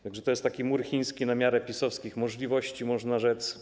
Tak że to jest taki mur chiński na miarę PiS-owskich możliwości, można rzec.